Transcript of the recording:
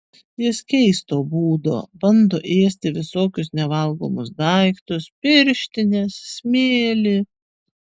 jis keisto būdo bando ėsti visokius nevalgomus daiktus pirštines smėlį